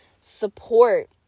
support